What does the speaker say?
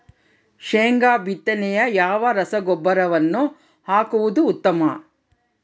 ಶೇಂಗಾ ಬಿತ್ತನೆಗೆ ಯಾವ ರಸಗೊಬ್ಬರವನ್ನು ಹಾಕುವುದು ಉತ್ತಮ?